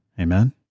Amen